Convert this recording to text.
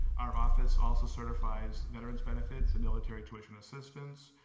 our office also certifies veteran's benefits and military tuition assistance.